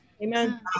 Amen